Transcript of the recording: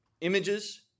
images